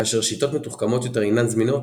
כאשר שיטות מתוחכמות יותר אינן זמינות,